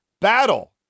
battle